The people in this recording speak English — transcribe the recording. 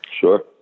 Sure